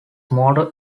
motto